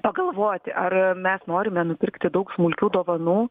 pagalvoti ar mes norime nupirkti daug smulkių dovanų